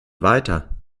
weiter